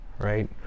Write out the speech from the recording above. right